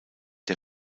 der